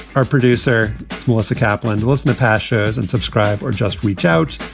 our producer melissa kaplin to listen to pasha's and subscribe or just reach out,